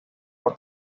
for